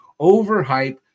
overhype